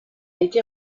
été